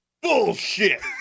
Bullshit